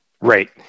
Right